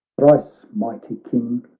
thrice mighty king,